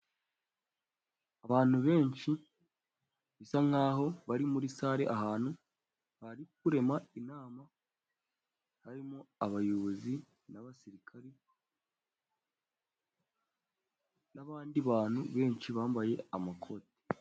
Abantu benshi bisa nk'aho bari muri sale ahantu bari kurema inama, harimo abayobozi, abasirikari n'abandi bantu benshi bambaye amakote .